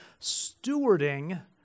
stewarding